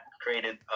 created